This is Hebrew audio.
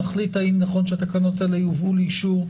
נחליט האם נכון שהתקנות האלה יובאו לאישור,